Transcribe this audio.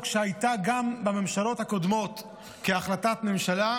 שהייתה גם בממשלות הקודמות כהחלטת ממשלה,